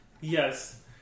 Yes